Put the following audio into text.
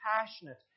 passionate